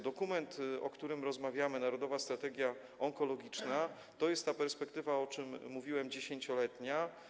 Dokument, o którym rozmawiamy, Narodowa Strategia Onkologiczna, to jest ta perspektywa, o czym mówiłem, 10-letnia.